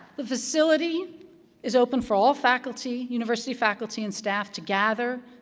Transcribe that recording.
the facility is open for all faculty university faculty and staff to gather,